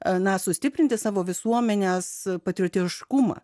aną sustiprinti savo visuomenės patriotiškumą